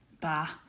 Bah